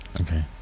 okay